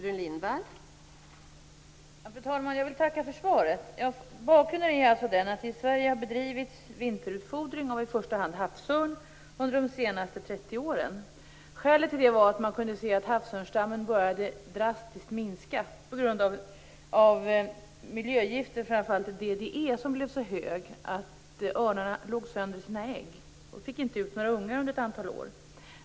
Fru talman! Jag vill tacka för svaret. Bakgrunden är att det i Sverige har bedrivits vinterutfodring av i första hand havsörn under de senaste 30 åren. Skälet till det var att man kunde se att havsörnsstammen började minska drastiskt på grund av miljögifter. Framför allt blev halten av DDE så hög att örnarna låg sönder sina ägg och inte fick ut några ungar under ett antal år.